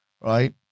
right